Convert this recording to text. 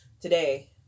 Today